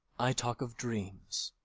i talk of dreams,